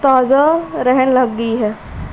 ਤਾਜ਼ਾ ਰਹਿਣ ਲੱਗ ਗਈ ਹੈ